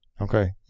Okay